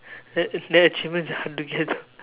that achievement is hard to get